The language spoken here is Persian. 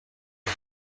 کنی